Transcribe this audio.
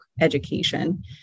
education